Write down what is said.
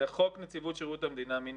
זה חוק נציבות שירות המדינה (מינויים).